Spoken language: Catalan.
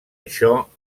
això